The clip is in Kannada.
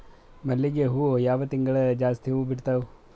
ಮಲ್ಲಿಗಿ ಹೂವು ಯಾವ ತಿಂಗಳು ಜಾಸ್ತಿ ಹೂವು ಬಿಡ್ತಾವು?